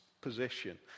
position